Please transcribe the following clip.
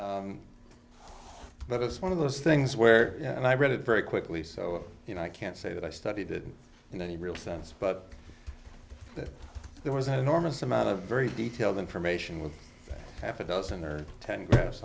project but it's one of those things where and i read it very quickly so you know i can't say that i studied that in any real sense but that there was an enormous amount of very detailed information with half a dozen or ten gra